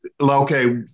okay